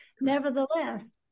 Nevertheless